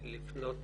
לפנות